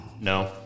No